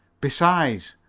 besides,